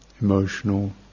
emotional